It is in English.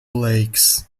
lakes